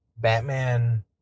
batman